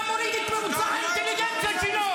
אתה מוריד את ממוצע האינטליגנציה שלו.